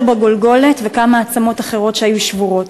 בגולגולת וכמה עצמות אחרות שהיו שבורות.